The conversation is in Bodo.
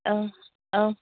औ औ